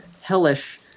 hellish